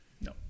No